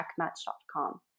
checkmatch.com